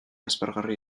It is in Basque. aspergarri